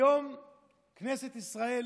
היום כנסת ישראל